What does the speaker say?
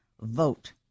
vote